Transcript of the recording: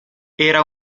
era